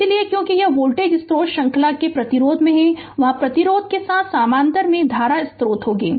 इसलिए क्योंकि यह वोल्टेज स्रोत श्रृंखला प्रतिरोध में है वहां प्रतिरोध के साथ समानांतर में धारा स्रोत होगी